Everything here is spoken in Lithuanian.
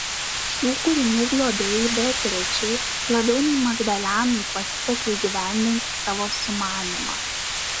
šių kūrinių globėjai beatričei labiau nei magdalenai pasisekė įgyvendinti savo sumanymą